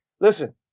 listen